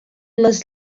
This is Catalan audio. les